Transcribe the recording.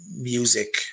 music